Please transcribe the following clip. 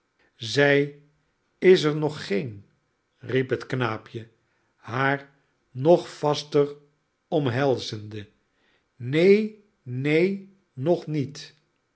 zij is er nog geen riep het knaapje haar nog vaster omhelzende neen neen nog niet